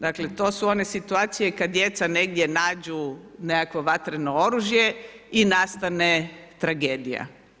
Dakle to su one situacije kada djeca negdje nađu nekako vatreno oružje i nastane tragedija.